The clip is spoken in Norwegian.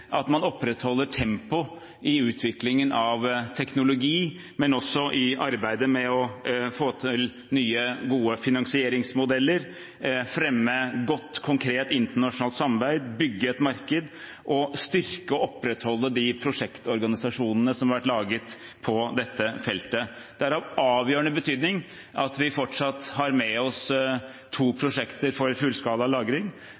at man opprettholder tempoet i utviklingen av teknologi, men også i arbeidet med å få til nye, gode finansieringsmodeller, fremme godt, konkret internasjonalt samarbeid, bygge et marked og styrke og opprettholde de prosjektorganisasjonene som har vært laget på dette feltet. Det er av avgjørende betydning at vi fortsatt har med oss to prosjekter for fullskala lagring.